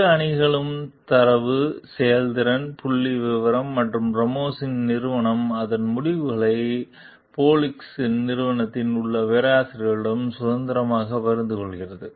இரு அணிகளும் தரவு செயல்திறன் புள்ளிவிவரங்கள் மற்றும் ராமோஸின் நிறுவனம் அதன் முடிவுகளை போலின்ஸ்கியின் நிறுவனத்தில் உள்ள பேராசிரியர்களுடன் சுதந்திரமாக பகிர்ந்து கொள்கிறது